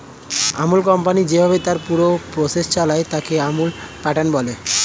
আমূল company যেইভাবে তার পুরো প্রসেস চালায়, তাকে আমূল প্যাটার্ন বলে